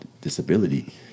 disability